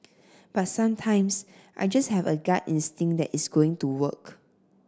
but sometimes I just have a gut instinct that it's going to work